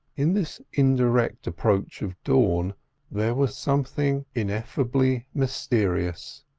in this indirect approach of dawn there was something ineffably mysterious.